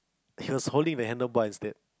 he was holding the handle bar instead